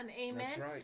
Amen